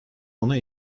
ona